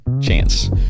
Chance